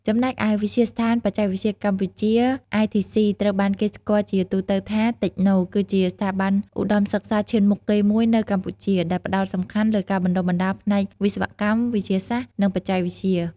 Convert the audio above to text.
ចំណែកឯ វិទ្យាស្ថានបច្ចេកវិទ្យាកម្ពុជា ITC ត្រូវបានគេស្គាល់ជាទូទៅថា តិចណូ គឺជាស្ថាប័នឧត្តមសិក្សាឈានមុខគេមួយនៅកម្ពុជា ដែលផ្តោតសំខាន់លើការបណ្តុះបណ្តាលផ្នែកវិស្វកម្ម វិទ្យាសាស្ត្រ និងបច្ចេកវិទ្យា។